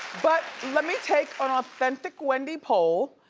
but let me take an authentic wendy poll.